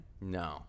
No